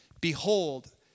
Behold